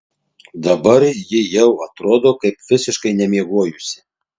dabar ji jau atrodo kaip visiškai nemiegojusi